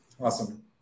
awesome